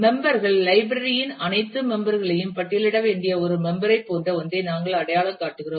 member கள் library இன் அனைத்து மெம்பர் களையும் பட்டியலிட வேண்டிய ஒரு மெம்பர் ஐ போன்ற ஒன்றை நாங்கள் அடையாளம் கண்டுள்ளோம்